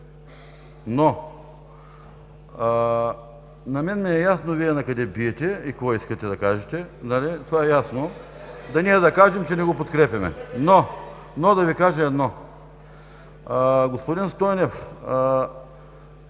но на мен ми е ясно Вие накъде биете и какво искате да кажете, нали това е ясно?! Да не е да кажем, че не го подкрепяме. Ще Ви кажа едно: господин Стойнев,